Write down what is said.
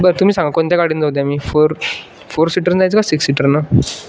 बरं तुम्ही सांगा कोणत्या गाडीनं जाऊ ते आम्ही फोर फोर सीटरनं जायचं का सिक्स सीटरनं